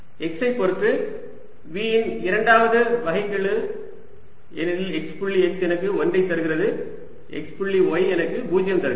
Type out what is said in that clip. x ஐ பொருத்து V இன் இரண்டாவது வகைக்கெழு ஏனெனில் x புள்ளி x எனக்கு 1 ஐ தருகிறது x புள்ளி y எனக்கு 0 தருகிறது